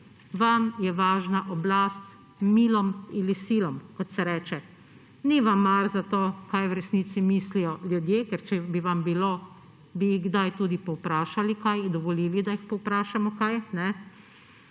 Vam je važna oblast, »milom ili silom«, kot se reče. Ni vam mar za to, kaj v resnici mislijo ljudje. Ker če bi vam bilo, bi jih kdaj tudi povprašali, dovolili, da jih povprašamo kaj.